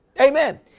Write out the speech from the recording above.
Amen